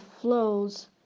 flows